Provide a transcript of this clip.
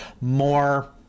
more